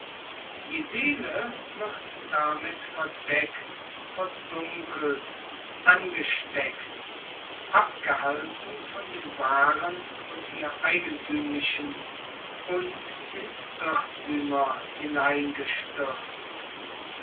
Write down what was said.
die seele wird damit verdeckt verdunkelt angesteckt abgehalten von dem wahren und ihr eigenthümlichen und in irrthümer hineingestürzt